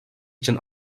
için